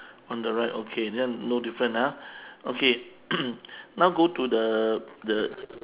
on the right okay then no different ah okay now go to the the